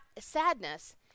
Sadness